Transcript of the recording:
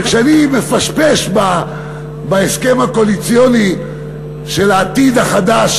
וכשאני מפשפש בהסכם הקואליציוני של העתיד החדש,